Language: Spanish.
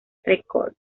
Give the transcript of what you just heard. records